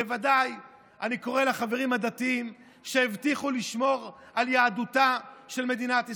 בוודאי אני קורא לחברים הדתיים שהבטיחו לשמור על יהדותה של מדינת ישראל.